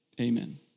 Amen